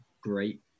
great